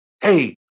Hey